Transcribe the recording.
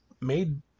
made